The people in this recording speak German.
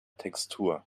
textur